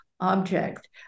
object